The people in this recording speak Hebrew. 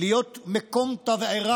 להיות מקום תבערה,